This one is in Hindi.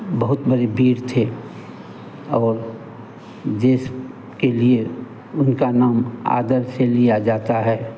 बहुत बड़े वीर थे और देश के लिए उनका नाम आदर से लिया जाता है